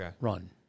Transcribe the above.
run